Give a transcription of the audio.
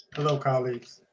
hello, colleagues